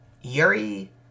Yuri